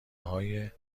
های